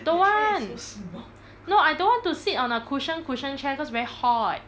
don't want no I don't want to sit on a cushion cushion chair cause very hot